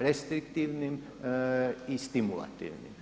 restriktivnim i stimulativnim.